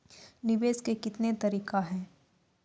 निवेश के कितने तरीका हैं?